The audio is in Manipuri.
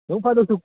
ꯅꯣꯡꯐꯥꯗꯣꯛꯁꯨ